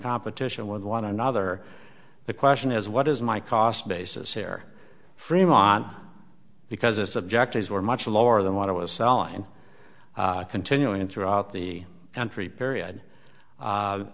competition with one another the question is what is my cost basis here fremont because its objectives were much lower than what i was selling and continuing throughout the country period